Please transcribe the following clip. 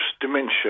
dementia